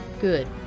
Good